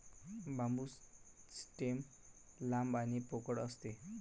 बांबू stem लांब आणि पोकळ असते